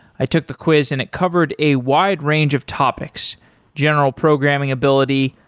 i took the quiz and it covered a wide range of topics general programming ability,